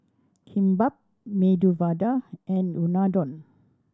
Kimbap Medu Vada and Unadon